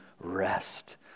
rest